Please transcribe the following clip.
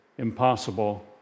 Impossible